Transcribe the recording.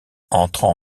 entrant